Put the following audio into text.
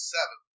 Seven